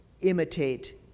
imitate